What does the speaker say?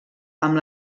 amb